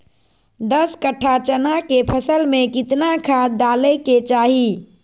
दस कट्ठा चना के फसल में कितना खाद डालें के चाहि?